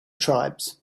tribes